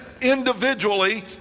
individually